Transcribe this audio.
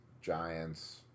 Giants